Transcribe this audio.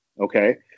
okay